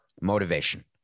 motivation